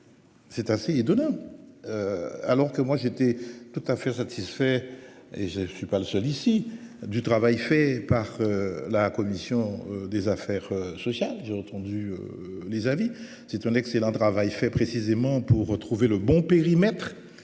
C'est assez étonnant. Alors que moi j'étais tout à fait satisfait et je ne suis pas le seul ici du travail fait par la commission des affaires sociales. J'ai entendu les avis c'est un excellent travail fait précisément pour trouver le bon périmètre.